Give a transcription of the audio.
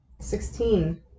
sixteen